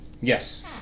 Yes